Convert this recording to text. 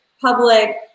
public